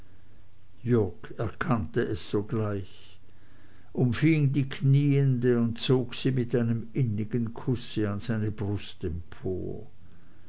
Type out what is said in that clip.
jürg erkannte es sogleich umfing die knieende und zog sie mit einem innigen kusse an seine brust empor